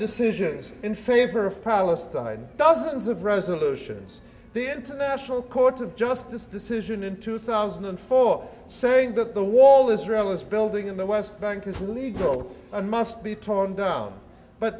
decisions in favor of palestine dozens of resolutions the international court of justice decision in two thousand and four saying that the wall israel is building in the west bank is legal and must be toned down but